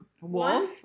wolf